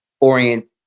orient